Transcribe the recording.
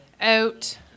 out